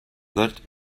that